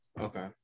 Okay